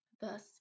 Thus